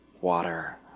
water